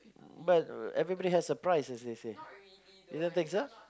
but everybody has a prize as they say you don't think so